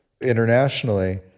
internationally